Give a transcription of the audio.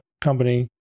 company